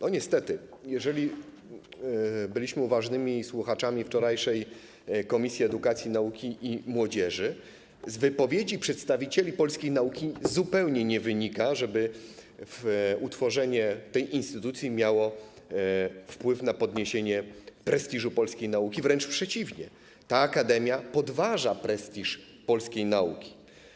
Niestety, jeżeli byliśmy uważnymi słuchaczami na wczorajszym posiedzeniu Komisji Edukacji, Nauki i Młodzieży, to zauważyliśmy, że z wypowiedzi przedstawicieli polskiej nauki zupełnie nie wynika to, żeby utworzenie tej instytucji miało wpływ na zwiększenie prestiżu polskiej nauki, wręcz przeciwnie, ta akademia podważa prestiż polskiej nauki.